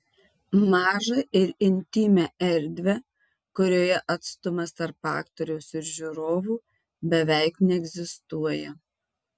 mažą ir intymią erdvę kurioje atstumas tarp aktoriaus ir žiūrovų beveik neegzistuoja